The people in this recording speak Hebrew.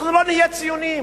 אנחנו לא נהיה ציונים.